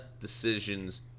decisions